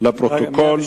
לפרוטוקול.